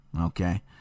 Okay